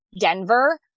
Denver